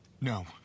No